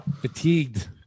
Fatigued